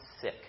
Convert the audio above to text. sick